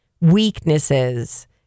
weaknesses